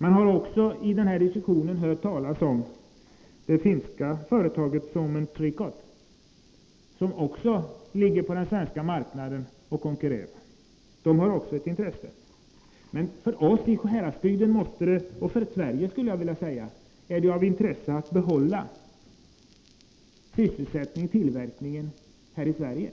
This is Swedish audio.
Man har också hört talas om det finska företaget Suomen Trikoo, som konkurrerar på den svenska marknaden och har ett intresse här. Men för oss i Sjuhäradsbygden, och jag skulle vilja säga för Sverige, är det ett intresse att behålla sysselsättning och tillverkning här i Sverige.